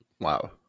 wow